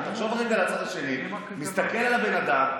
תחשוב רגע על הצד השני שמסתכל על הבן אדם.